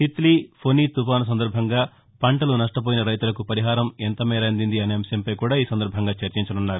తిక్లీ ఫోనీ తుపాను సందర్బంగా పంటలు నష్టపోయిన రైతులకు పరిహారం ఎంతమేర అందింది అనే అంశంపై చర్చించనున్నారు